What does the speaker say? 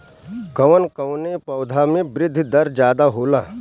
कवन कवने पौधा में वृद्धि दर ज्यादा होला?